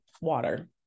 water